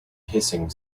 hissing